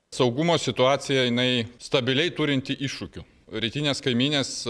saugumo situacija jinai stabiliai turinti iššūkių rytinės kaimynės